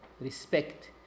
respect